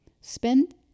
spend